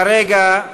כרגע,